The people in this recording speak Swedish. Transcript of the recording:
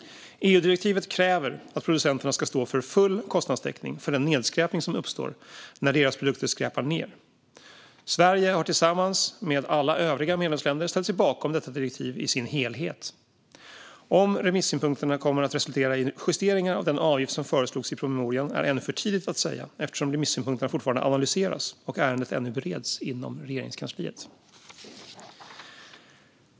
EU-direktivet kräver att producenterna ska stå för full kostnadstäckning för den nedskräpning som uppstår när deras produkter skräpar ned. Sverige har tillsammans med alla övriga medlemsländer ställt sig bakom detta direktiv i dess helhet. Om remissynpunkterna kommer att resultera i justeringar av den avgift som föreslogs i promemorian är ännu för tidigt att säga, eftersom remisssynpunkterna fortfarande analyseras och ärendet ännu bereds inom Regeringskansliet.